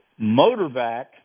MotorVac